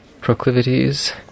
proclivities